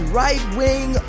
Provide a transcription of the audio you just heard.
right-wing